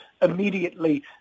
Immediately